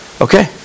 Okay